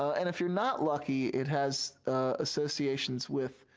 and if you're not lucky, it has associations with,